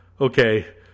okay